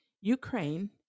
Ukraine